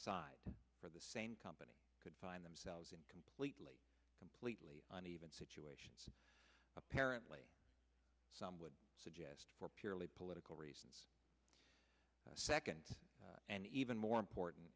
side for the same company could find themselves in completely completely uneven situations apparently some would suggest for purely political reasons the second and even more important